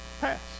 pass